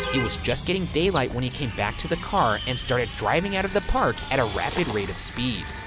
it was just getting daylight when he came back to the car and started driving out of the park at a rapid rate of speed.